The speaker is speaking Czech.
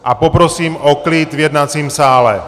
A poprosím o klid v jednacím sále!